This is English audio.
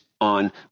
on